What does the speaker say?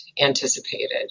anticipated